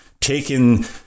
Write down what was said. taken